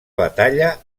batalla